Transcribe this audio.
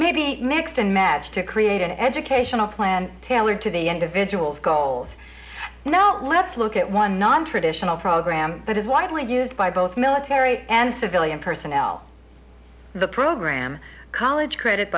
maybe mixed and matched to create an educational plan tailored to the individual's goals no let's look at one nontraditional program that is widely used by both military and civilian personnel the program college cre